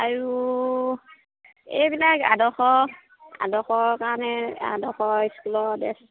আৰু এইবিলাক আদৰ্শ আদৰ্শৰ কাৰণে আদৰ্শ স্কুলৰ ড্ৰেছ